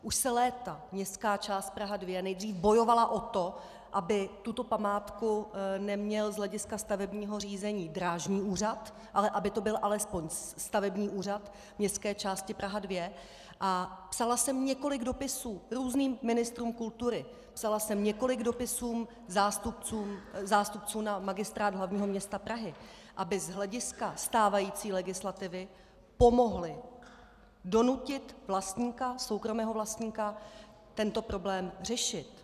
Už léta městská část Praha 2 bojovala o to, aby tuto památku neměl z hlediska stavebního řízení Drážní úřad, ale aby to byl alespoň stavební úřad městské části Praha 2, a psala jsem několik dopisů různým ministrům kultury, psala jsem několik dopisů zástupcům na Magistrát hlavního města Prahy, aby z hlediska stávající legislativy pomohli donutit soukromého vlastníka tento problém řešit.